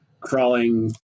crawling